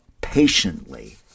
patiently